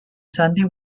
sandy